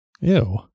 Ew